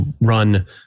run